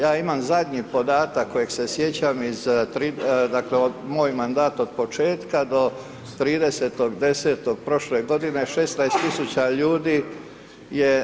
Ja imam zadnji podatak koji se sjećam, dakle, moj mandat od početka do 30.10. prošle godine, 16 tisuća ljudi je